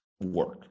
work